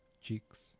cheeks